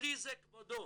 בלי זה, כבודו,